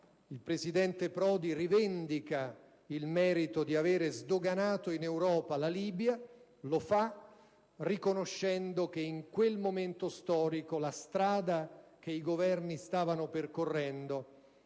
il presidente Prodi rivendica il merito di aver sdoganato in Europa la Libia, lo fa riconoscendo che in quel momento storico la strada che i Governi stavano percorrendo